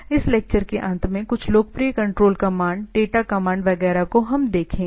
इस लेक्चर के अंत में कुछ लोकप्रिय कंट्रोल कमांड डेटा कमांड वगैरह को हम देखेंगे